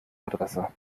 adresse